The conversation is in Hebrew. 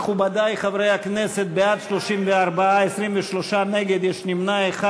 מכובדי חברי הכנסת, בעד, 34, 23 נגד, יש נמנע אחד.